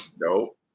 Nope